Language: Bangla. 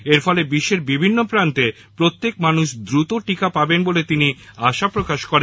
এর ফলে বিশ্বের বিভিন্ন প্রান্তে প্রত্যেক মানুষ দ্রুত টিকা পাবেন বলে তিনি আশা প্রকাশ করেন